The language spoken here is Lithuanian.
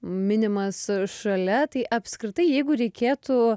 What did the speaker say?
minimas šalia tai apskritai jeigu reikėtų